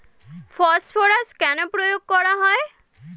Phosphorus কেন প্রয়োগ করা হয়?